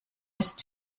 ist